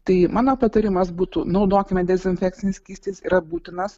tai mano patarimas būtų naudokime dezinfekcinį skystį jis yra būtinas